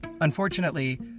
Unfortunately